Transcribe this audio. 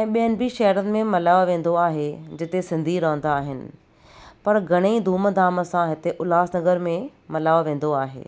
ऐं ॿियनि बि शहरुनि में मल्हायो वेंदो आहे जिते सिंधी रहंदा आहिनि पर घणे ई धूम धाम सां हिते उल्हासनगर में मल्हायो वेंदो आहे